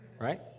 right